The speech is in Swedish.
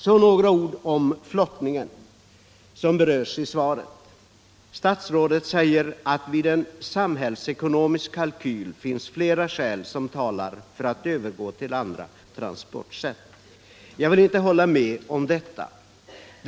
Så några ord om flottningen, som berörs i svaret. Statsrådet säger ”att det vid en samhällsekonomisk kalkyl finns flera skäl som talar för att övergå till andra transportsätt”. Jag vill inte hålla med om det.